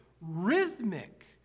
rhythmic